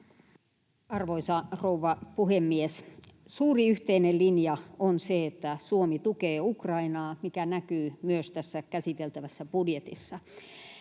Arvoisa rouva puhemies! Suuri yhteinen linja on se, että Suomi tukee Ukrainaa, mikä näkyy myös tässä käsiteltävässä budjetissa,